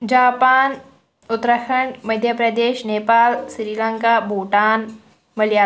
Japan Uttarakhand Madhya Pradesh Nepal Sri Lanka Bhutan Malayalam